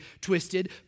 twisted